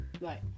Right